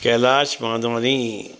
Kailash Mandhwani